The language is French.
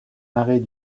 arrêt